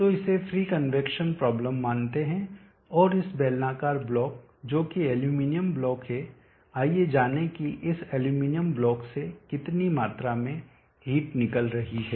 तो इसे free convection problem मानते हैं और इस बेलनाकार ब्लॉक जो कि एल्यूमीनियम ब्लॉक है आइए जानें कि इस एल्यूमीनियम ब्लॉक से कितनी मात्रा में हीट निकल रही है